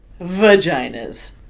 vaginas